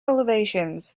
elevations